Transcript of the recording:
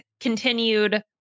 continued